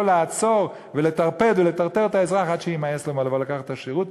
לעצור ולטרפד ולטרטר את האזרח עד שיימאס לו מלבוא לקחת את השירות,